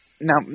Now